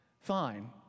Fine